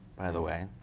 by the way?